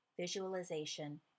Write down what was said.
visualization